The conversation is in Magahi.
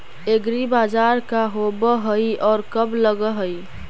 एग्रीबाजार का होब हइ और कब लग है?